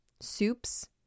soups